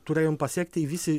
turėjom pasiekti visi